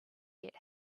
get